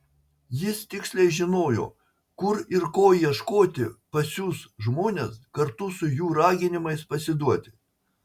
jis tiksliai žinojo kur ir ko ieškoti pasiųs žmones kartu su jų raginimais pasiduoti